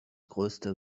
größte